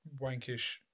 wankish